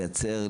לייצר,